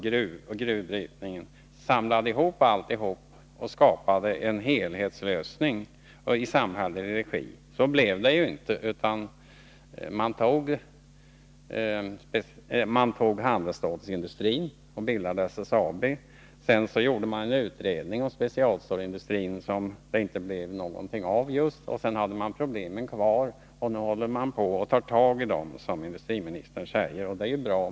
Vi krävde att man på det här området skulle åstadkomma en helhetslösning i samhällelig regi. Så blev det inte, utan man lät handelsstålsindustrin ligga till grund för bildandet av SSAB, därefter gjorde man en utredning om specialstålsindustrin som inte ledde till just någonting och sedan hade man problemen kvar. Nu håller man på att ta tag i dem, som industriministern säger, och det är ju bra.